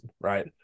right